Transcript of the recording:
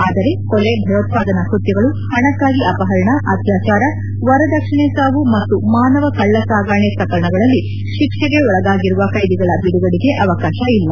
ಆದರೆ ಕೊಲೆ ಭಯೋತ್ಪಾದನಾ ಕೃತ್ವಗಳು ಹಣಕ್ಕಾಗಿ ಅಪಹರಣ ಅತ್ಯಾಚಾರ ವರದಕ್ಷಿಣೆ ಸಾವು ಮತ್ತು ಮಾನವ ಕಳ್ಳಸಾಗಾಣೆ ಪ್ರಕರಣಗಳಲಿ ಶಿಕ್ಷೆಗೆ ಒಳಗಾಗಿರುವ ಕೈದಿಗಳ ಬಿಡುಗಡೆಗೆ ಅವಕಾಶ ಇಲ್ಲ